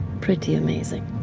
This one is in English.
pretty amazing.